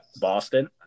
Boston